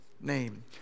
name